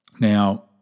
now